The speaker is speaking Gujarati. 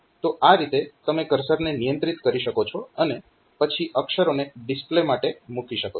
તો આ રીતે તમે કર્સરને નિયંત્રિત કરી શકો છો અને પછી અક્ષરોને ડિસ્પ્લે માટે મૂકી શકો છો